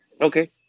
Okay